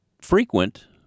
frequent